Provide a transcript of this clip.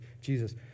Jesus